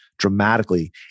Dramatically